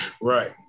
Right